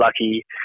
lucky